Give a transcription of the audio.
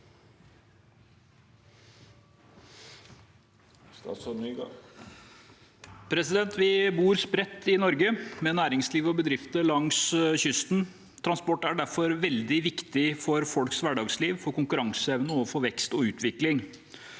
Vi bor spredt i Norge, med næringsliv og bedrifter langs kysten. Transport er derfor veldig viktig for folks hverdagsliv, for konkurranseevne og for vekst og utvikling.